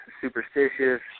superstitious